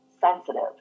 sensitive